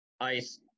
ice